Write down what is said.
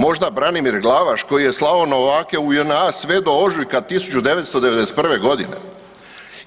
Možda Branimir Glavaš koji je slao novake u JNA sve do ožujka 1991. g.